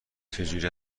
چجوری